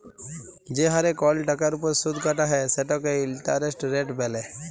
যে হারে কল টাকার উপর সুদ কাটা হ্যয় সেটকে ইলটারেস্ট রেট ব্যলে